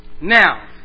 Now